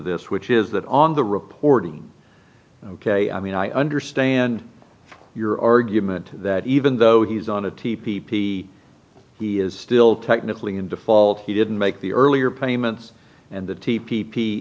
this which is that on the reporting ok i mean i understand your argument that even though he's on a t p p he is still technically in default he didn't make the earlier payments and the t p p